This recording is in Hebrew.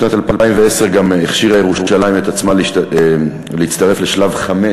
בשנת 2010 הכשירה ירושלים את עצמה להצטרף לשלב 5